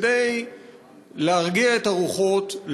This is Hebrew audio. כדי להרגיע את הרוחות,